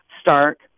stark